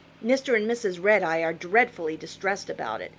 mr. and mrs. redeye are dreadfully distressed about it,